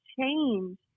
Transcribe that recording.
change